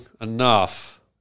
enough